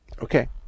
Okay